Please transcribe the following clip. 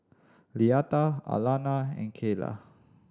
Leatha Alannah and Kayla